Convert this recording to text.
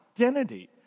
identity